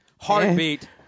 Heartbeat